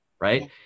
right